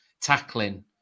tackling